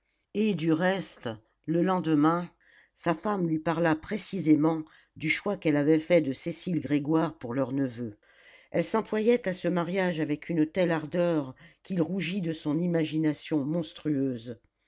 et du reste le lendemain sa femme lui parla précisément du choix qu'elle avait fait de cécile grégoire pour leur neveu elle s'employait à ce mariage avec une telle ardeur qu'il rougit de son imagination monstrueuse